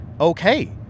okay